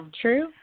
true